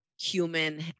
human